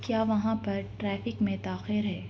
کیا وہاں پر ٹریفک میں تاخیر ہے